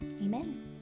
Amen